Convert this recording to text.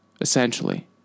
essentially